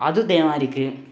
അതുതെ മാതിരിക്ക്